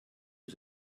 was